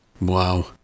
Wow